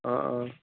অ অ